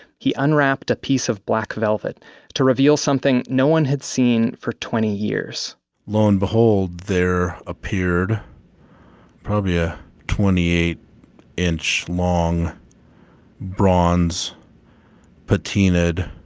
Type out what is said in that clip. he unwrapped a piece of black velvet to reveal something no one had seen for twenty years lo and behold there appeared probably a twenty eight inch long bronze patinaed